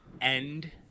end